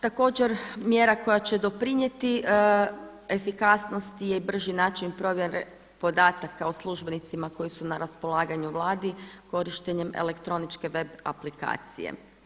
Također mjera koja će doprinijeti efikasnosti je i brži način provjere podataka o službenicima koji su na raspolaganju u Vladi korištenjem elektroničke web aplikacije.